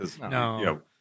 no